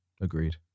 Agreed